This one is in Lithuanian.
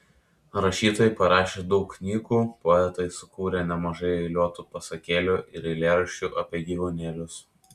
rašytojai parašė daug knygų poetai sukūrė nemažai eiliuotų pasakėlių ir eilėraščių apie gyvūnėlius